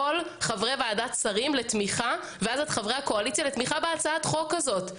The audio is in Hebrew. חברי ועדת השרים ואז את חברי הקואליציה לתמיכה בהצעת החוק הזאת,